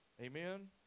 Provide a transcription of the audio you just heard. Amen